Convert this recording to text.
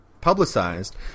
publicized